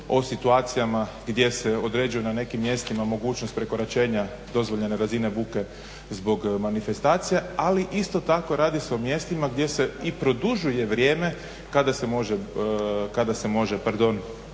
o situacijama gdje se određuje na nekim mjestima mogućnost prekoračenja dozvoljene razine buke zbog manifestacija ali isto tako radi se o mjestima gdje se i produžuje vrijeme kada se može